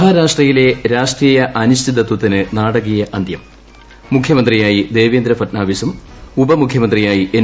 മഹാരാഷ്ട്രയിലെ രാഷ്ട്രീയ അനിശ്ചിതത്വത്തിന് നാടകീയ അന്തൃം മുഖ്യമന്ത്രിയായി ദേവേന്ദ്ര ഫട്നാവിസും ഉപമുഖ്യമന്ത്രിയായി എൻ